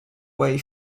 way